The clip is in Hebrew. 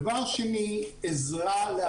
הדבר השני הוא עזרה לעסקים.